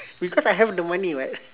because I have the money [what]